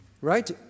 Right